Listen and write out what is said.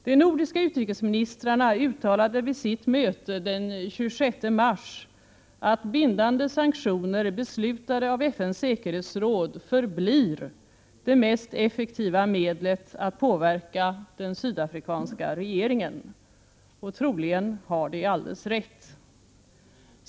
De nordiska utrikesministrarna uttalade vid sitt möte den 26 mars att bindande sanktioner beslutade av FN:s säkerhetsråd förblir det mest effektiva medlet att påverka den sydafrikanska regeringen. Och troligen har de alldeles rätt.